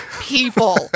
people